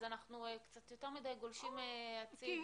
אנחנו יותר מדי גולשים הצידה.